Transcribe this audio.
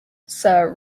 sir